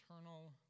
eternal